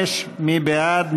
5. מי בעד?